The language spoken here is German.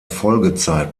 folgezeit